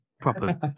proper